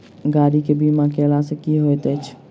गाड़ी केँ बीमा कैला सँ की होइत अछि?